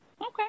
Okay